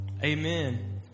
Amen